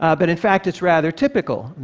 ah but in fact it's rather typical,